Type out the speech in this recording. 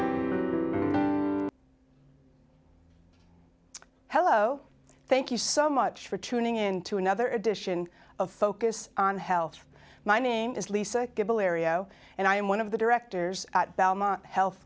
where hello thank you so much for tuning in to another edition of focus on health my name is lisa aereo and i am one of the directors at belmont health